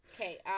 Okay